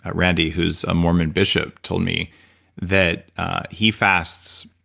but randy who's a mormon bishop told me that he fasts